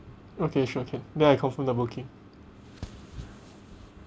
okay sure can then I confirm the booking